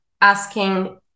asking